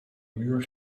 muur